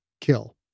kill